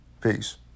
Peace